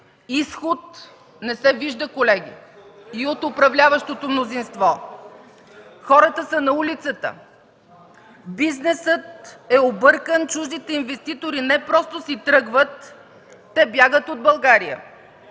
Изход не се вижда, колеги, и от управляващото мнозинство. Хората са на улицата, бизнесът е объркан, чуждите инвеститори не просто си тръгват, те бягат от България.